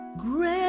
Great